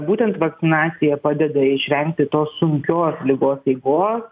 būtent vakcinacija padeda išvengti tos sunkios ligos eigos